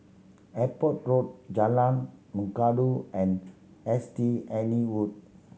Airport Road Jalan Mengkudu and S T Anne Wood